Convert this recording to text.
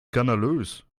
skandalös